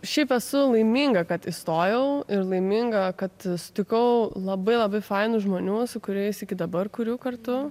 šiaip esu laiminga kad įstojau ir laiminga kad sutikau labai labai fainų žmonių su kuriais iki dabar kuriu kartu